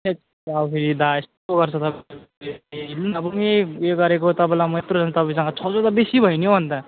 हैट् अब दाइ यस्तो गर्छ त ए उयो गरेको तपाईँलाई म यत्रो दिन तपाईँसँग छ सौ त बेसी भयो नि हो अन्त